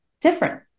different